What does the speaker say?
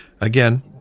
Again